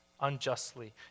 unjustly